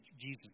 Jesus